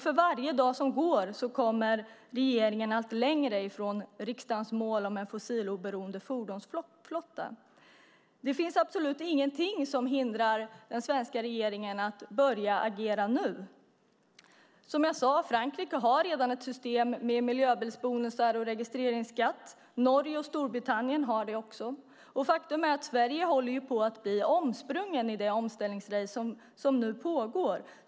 För varje dag som går kommer regeringen allt längre från riksdagens mål om en fossiloberoende fordonsflotta. Det finns absolut ingenting som hindrar den svenska regeringen att börja agera nu. Som jag sade har Frankrike redan ett system med miljöbilsbonusar och registreringsskatt. Norge och Storbritannien har det också. Faktum är att Sverige håller på att bli omsprunget i det omställningsrace som nu pågår.